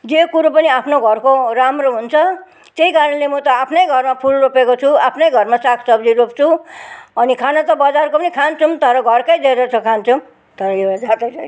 जे कुरो पनि आफ्नो घरको राम्रो हुन्छ त्यही कारणले म त आफ्नै घरमा फुल रोपेको छु आफ्नै घरमा साग सब्जी रोप्छु अनि खानु त बजारको पनि खान्छौँ तर घरकै धेरै जस्तो खान्छौँ धन्यवाद